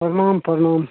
प्रणाम प्रणाम